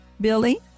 Billy